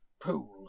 Pool